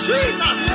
Jesus